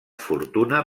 fortuna